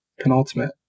penultimate